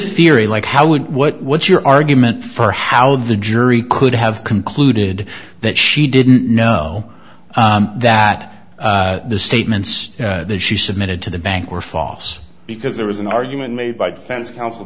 theory like how would what what's your argument for how the jury could have concluded that she didn't know that the statements that she submitted to the bank were false because there was an argument made by defense coun